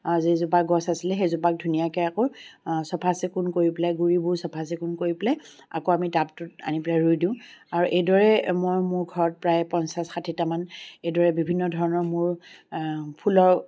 যি জোপা গছ আছিলে সেই জোপাক ধুনীয়াকৈ আকৌ চফা চিকুণ কৰি পেলাই গুৰিবোৰ চফা চিকুণ কৰি পেলাই আকৌ আমি টাবটোত আনি পেলাই ৰুই দিওঁ আৰু এইদৰেই মই মোৰ ঘৰত প্ৰায় পঞ্চাছ ষাঠিটা মান এইদৰে বিভিন্ন ধৰণৰ মোৰ ফুলৰ